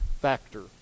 factor